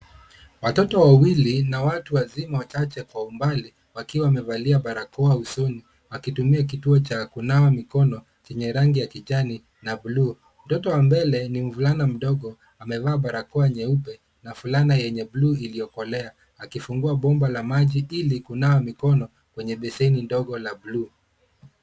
Watoto wawili na watu wazima wachache kwa umbali, wakiwa wamevalia barakoa usoni, wakitumia kituo cha kunawa mikono, chenye rangi ya kijani na bluu. Mtoto wa mbele ni mvulana mdogo, amevaa barakoa nyeupe na fulana yenye bluu iliyokolea, akifungua bomba la maji ili kunawa mikono kwenye beseni ndogo la bluu.